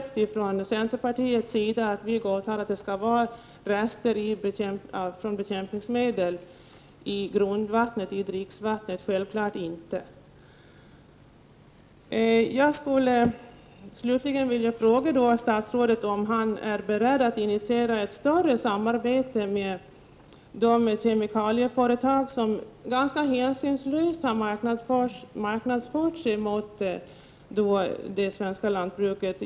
7 november 1988 Självfallet lämnar centerpartiet inte någon accept att vi godtar rester från = Zona bekämpningsmedel i grundvattnet eller i dricksvattnet — självfallet inte! Slutligen skulle jag vilja fråga statsrådet om han är beredd att initiera ett större samarbete med de kemikalieföretag som ganska hänsynslöst har marknadsfört sina produkter i det svenska lantbruket.